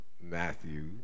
Matthew